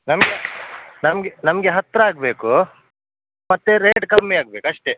ನಮಗೆ ನಮಗೆ ನಮಗೆ ಹತ್ರ ಆಗಬೇಕು ಮತ್ತೆ ರೇಟ್ ಕಮ್ಮಿ ಆಗ್ಬೇಕು ಅಷ್ಟೇ